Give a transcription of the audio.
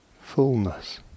fullness